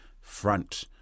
front